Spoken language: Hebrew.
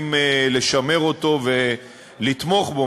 רוצים לשמר אותו ולתמוך בו,